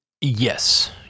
Yes